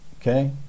Okay